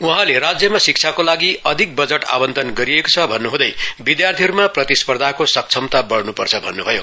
वहाँले राज्यमा शिक्षाको लागि अधिक वजट आवन्टन गरिएको छ भन्नु हुँदै विद्यार्थीहरूमा प्रतिस्पर्धाको सक्षमता बढ्नुपर्छ भन्नु भयो